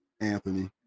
anthony